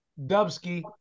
Dubsky